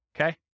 Okay